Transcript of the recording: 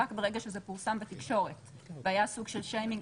רק ברגע שזה פורסם בתקשורת והיה סוג של שיימינג